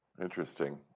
Interesting